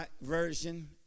version